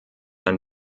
ein